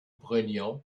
prenions